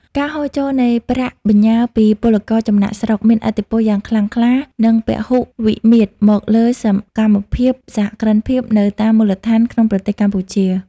ការហូរចូលនៃប្រាក់បញ្ញើពីពលករចំណាកស្រុក មានឥទ្ធិពលយ៉ាងខ្លាំងខ្លា និងពហុវិមាត្រមកលើសកម្មភាពសហគ្រិនភាពនៅតាមមូលដ្ឋានក្នុងប្រទេសកម្ពុជា។